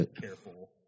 careful